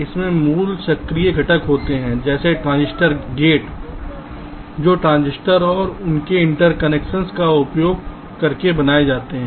इसमें मूल सक्रिय घटक होते हैं जैसे ट्रांजिस्टर गेट जो ट्रांजिस्टर और उनके इंटरकनेक्शन्स का उपयोग करके बनाए जाते हैं